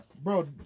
Bro